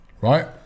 right